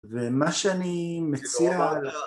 ומה שאני מציע...